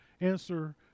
answer